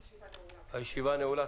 הישיבה נעולה.